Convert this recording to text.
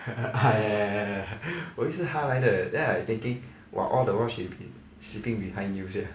ya ya ya ya ya 我以为是她来的 then I thinking !wah! all the while she's been sleeping behind you sia